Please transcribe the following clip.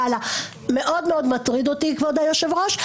מאוד מאוד מטריד אותי, כבוד היושב-ראש.